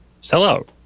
sellout